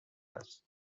است